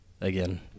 again